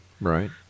Right